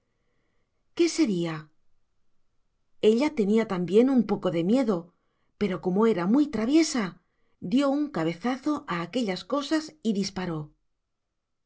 qué sería ella tenía también un poco de miedo pero como era muy traviesa dio un cabezazo a aquellas cosas y disparó